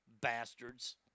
Bastards